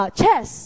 chess